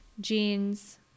jeans